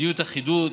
מדיניות אחידות